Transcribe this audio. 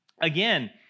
Again